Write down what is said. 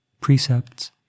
precepts